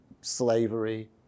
slavery